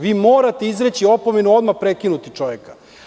Vi morate izreći opomenu i odmah prekinuti čoveka.